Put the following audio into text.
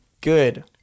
good